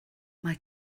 mae